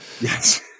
Yes